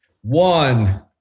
One